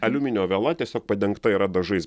aliuminio viela tiesiog padengta yra dažais